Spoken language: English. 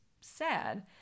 sad